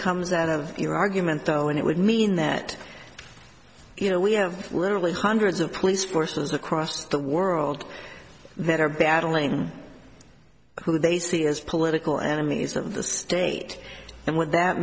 comes out of your argument though and it would mean that you know we have literally hundreds of police forces across the world that are battling who they see as political enemies of the state and would that